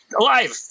alive